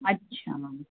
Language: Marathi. अच्छा